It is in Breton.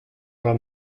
dra